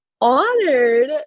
honored